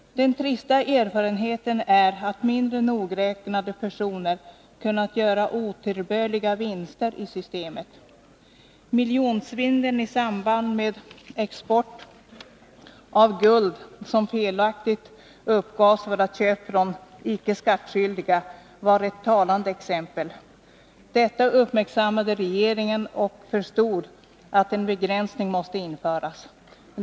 Den trista erfarenheten är att mindre nogräknade personer kunnat göra otillbörliga vinster i systemet. Miljonsvindeln i samband med export av guld, som felaktigt uppgavs vara köpt från icke skattskyldiga, var ett talande exempel. Regeringen uppmärksammade detta och förstod att en begränsning måste införas.